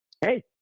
Hey